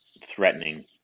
threatening